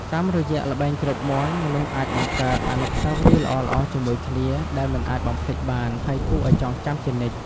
តាមរយៈល្បែងគ្របមាន់ មនុស្សអាចបង្កើតអនុស្សាវរីយ៍ល្អៗជាមួយគ្នា ដែលមិនអាចបំភ្លេចបាន ហើយគួរឱ្យចងចាំជានិច្ច។